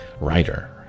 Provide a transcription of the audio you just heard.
writer